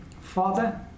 father